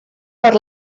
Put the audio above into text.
per